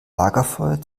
lagerfeuer